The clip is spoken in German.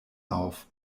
auf